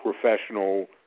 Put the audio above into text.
Professional